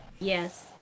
Yes